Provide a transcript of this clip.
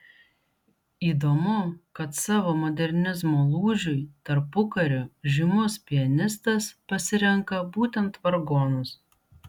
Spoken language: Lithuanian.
įdomu kad savo modernizmo lūžiui tarpukariu žymus pianistas pasirenka būtent vargonus